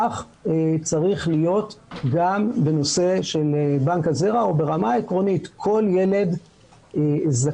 כך גם צריך להיות בנושא של בנק הזרע וברמה עקרונית כל ילד זכאי